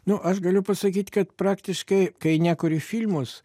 nu aš galiu pasakyt kad praktiškai kai nekuri filmus